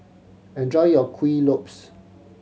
enjoy your Kuih Lopes